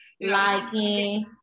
liking